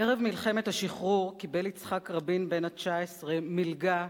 ערב מלחמת השחרור קיבל יצחק רבין בן ה-19 מלגה